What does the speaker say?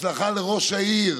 הצלחה לראש העיר